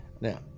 now